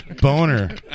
Boner